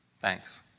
Thanks